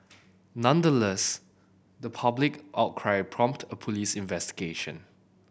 nonetheless the public outcry prompted a police investigation